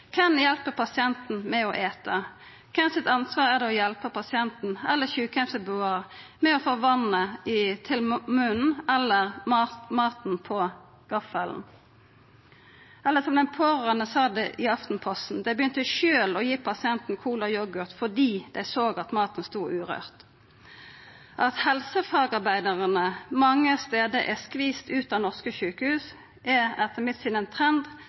pasienten med å eta? Kven sitt ansvar er det å hjelpa pasienten eller sjukeheimsbebuaren med å få vatnet til munnen eller maten på gaffelen? Eller som den pårørande sa det i Aftenposten: Dei begynte sjølve å gi pasienten cola og yoghurt fordi dei såg at maten stod urørt. At helsefagarbeidarane mange stader er skviste ut av norske sjukehus, er etter mitt syn ein trend